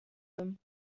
him